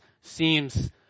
seems